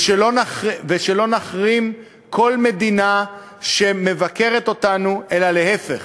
ושלא נחרים כל מדינה שמבקרת אותנו, אלא להפך,